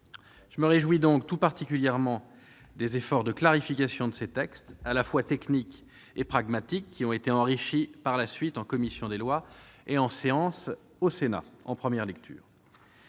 Je me réjouis tout particulièrement des efforts de clarification de ces textes, à la fois techniques et pragmatiques. Ces propositions de loi ont par la suite été enrichies en commission des lois et en séance au Sénat, en première lecture.